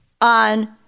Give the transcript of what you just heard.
on